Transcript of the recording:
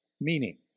Meaning